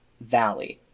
valley